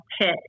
pit